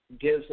gives